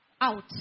out